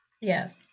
Yes